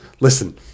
Listen